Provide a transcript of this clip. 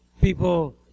people